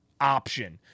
option